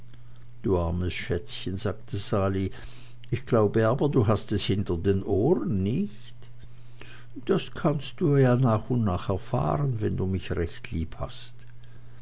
du armes schätzchen sagte sali ich glaube aber du hast es hinter den ohren nicht das kannst du ja nach und nach erfahren wenn du mich recht